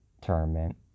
tournament